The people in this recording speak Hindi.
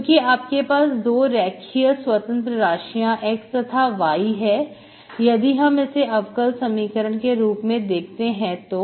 क्योंकि आपके पास दो रेखीय स्वतंत्र राशियां x तथा y है यदि हम इसे अवकल समीकरण के रूप में देखते हैं तो